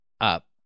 up